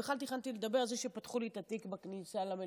בכלל תכננתי לדבר על זה שפתחו לי את התיק בכניסה למליאה,